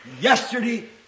yesterday